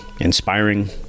inspiring